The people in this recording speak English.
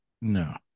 No